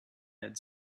had